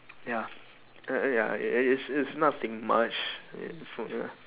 ya err err ya it's it's nothing much